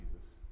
Jesus